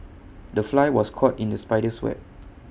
the fly was caught in the spider's web